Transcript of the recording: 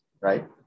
right